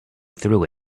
through